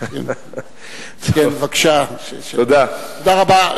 תודה רבה.